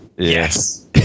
Yes